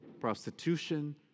prostitution